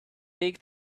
big